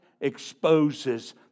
exposes